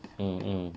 mm mm